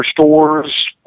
stores